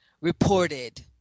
reported